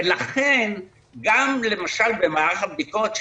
לכן גם למשל במערך הבדיקות,